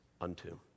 unto